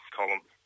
column